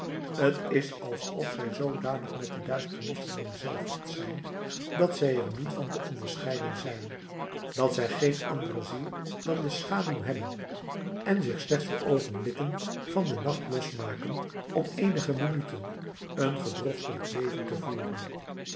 t is alsof zij zoodanig met de duisternis vereenzelvigd zijn dat zij er niet van te onderscheiden zijn dat zij geen andere ziel dan de schaduw hebben en zich slechts voor oogenblikken van den nacht losmaken om eenige minuten een gedrochtelijk leven te voeren